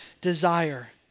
desire